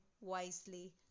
wisely